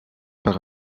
par